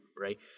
right